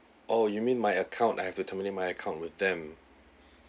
oh you mean my account I have to terminate my account with them